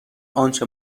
آنچه